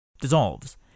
dissolves